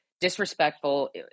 disrespectful